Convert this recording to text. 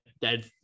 dead